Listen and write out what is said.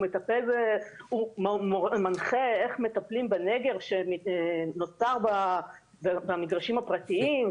הוא מנחה איך מטפלים בנגר שנוצר במגרשים הפרטיים.